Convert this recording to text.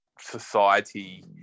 society